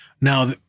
Now